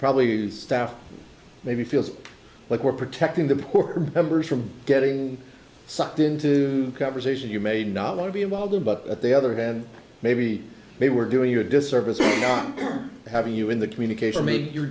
probably you staff maybe feels like we're protecting the poor members from getting sucked into conversation you may not want to be involved in but at the other hand maybe they were doing you a disservice by not having you in the communication maybe you're